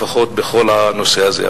לפחות בכל הנושא הזה.